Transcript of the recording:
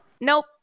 nope